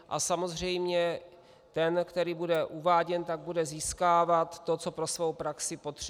A samozřejmě ten, který bude uváděn, bude získávat to, co pro svou praxi potřebuje.